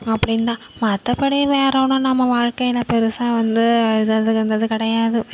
அப்படிந்தான் மற்றபடி வேறு ஒன்றும் நம்ம வாழ்க்கையில் பெரிசா வந்து இது அது எந்த இது கிடையாது